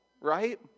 right